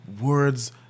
Words